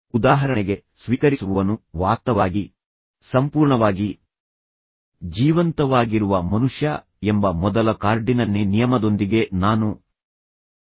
ಉದಾಹರಣೆಗೆ ಸ್ವೀಕರಿಸುವವನು ವಾಸ್ತವವಾಗಿ ಸಂಪೂರ್ಣವಾಗಿ ಜೀವಂತವಾಗಿರುವ ಮನುಷ್ಯ ಎಂಬ ಮೊದಲ ಕಾರ್ಡಿನಲ್ನಿ ನಿಯಮದೊಂದಿಗೆ ನಾನು ಪ್ರಾರಂಭಿಸಿದೆ